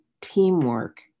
teamwork